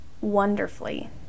wonderfully